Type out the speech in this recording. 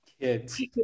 Kids